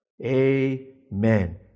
Amen